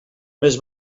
més